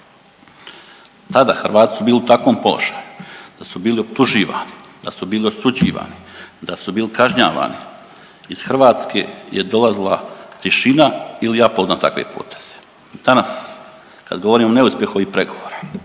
Tada Hrvati su bili u takvom položaju da su bili optuživani, da su bili osuđivani, da su bili kažnjavani. Iz Hrvatske je dolazila tišina ili …/Govornik se ne razumije./… na takve poteze. Danas kad govorimo o neuspjehu ovih pregovora